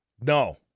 No